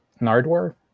Nardwar